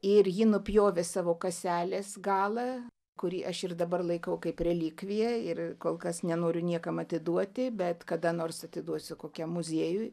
ir ji nupjovė savo kaselės galą kurį aš ir dabar laikau kaip relikviją ir kol kas nenoriu niekam atiduoti bet kada nors atiduosiu kokiam muziejui